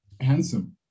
handsome